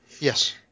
Yes